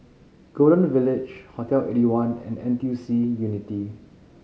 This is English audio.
Golden Village Hotel Eighty one and N T U C Unity